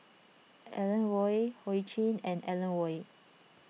Alan Oei Ho Ching and Alan Oei